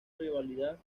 rivalidad